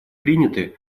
приняты